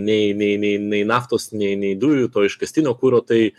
nei nei nei nei naftos nei nei dujų to iškastinio kuro tai